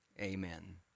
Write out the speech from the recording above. Amen